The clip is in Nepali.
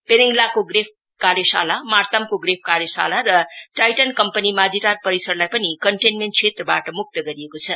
पेनेङलाको ग्रेफ कार्यशाला मार्तामको ग्रेफ कार्यशाला र टाइटन कम्पनी माझीटार परिसरलाई पनि कन्टेनमेन्ट क्षेत्रबाट मुक्त गरिएको छ